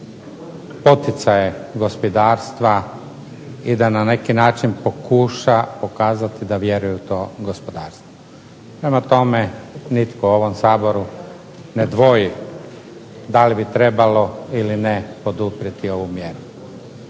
poticaje gospodarstva i da na neki način pokuša pokazati da vjeruje u to gospodarstvo. Prema tome, nitko u ovom Saboru ne dvoji da li bi trebalo ili ne poduprijeti ovu mjeru.